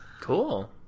Cool